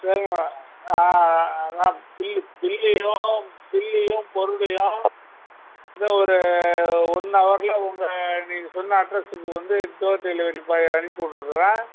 சரிம்மா அதான் பில்லு பில்லையும் பில்லையும் பொருளையும் இன்னும் ஒரு ஓன் ஹவரில் உங்கள் நீங்கள் சொன்ன அட்ரெஸுக்கு வந்து டோர் டெலிவரி பாயை அனுப்பி விட்டுர்றேன்